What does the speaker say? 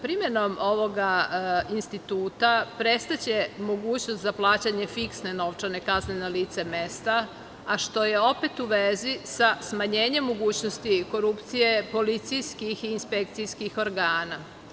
Primenom ovoga instituta prestaće mogućnost za plaćanje fiksne novčane kazne na licu mesta, a što je opet u vezi sa smanjenjem mogućnosti korupcije policijskih i inspekcijskih organa.